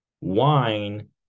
Wine